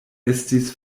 estis